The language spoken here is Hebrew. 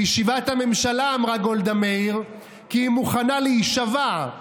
בישיבת הממשלה אמרה גולדה מאיר שהיא "מוכנה להישבע,